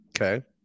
Okay